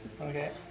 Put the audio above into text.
Okay